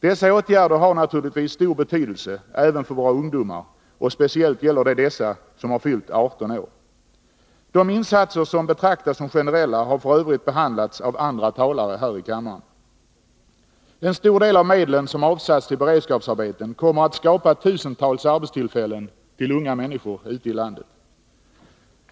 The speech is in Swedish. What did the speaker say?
Dessa åtgärder har naturligtvis stor betydelse även för våra ungdomar, och speciellt gäller detta dem som har fyllt 18 år. De insatser som betraktas som generella har f. ö. behandlats av andra talare här i kammaren. En stor del av medlen som avsatts till beredskapsarbeten kommer att skapa tusentals arbetstillfällen för unga människor ute i landet.